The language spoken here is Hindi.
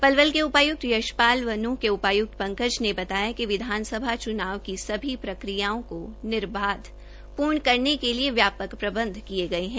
पलवल के उपायुक्त पशपाल व नूंह के उपायुक्त पंकज ने बताया कि विधानसभा चूनाव को सभी प्रक्रियाओं के निर्वाध पूर्ण करवाने के लिए व्यापक प्रबंध किये गये है